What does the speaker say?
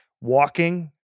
walking